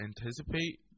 anticipate